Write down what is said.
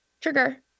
trigger